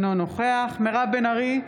אינו נוכח מירב בן ארי,